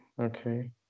okay